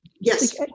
yes